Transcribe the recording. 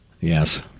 Yes